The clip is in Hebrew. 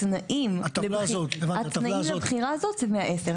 התנאים לבחירה הזאת זה מהעשר.